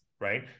right